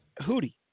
hootie